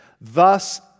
Thus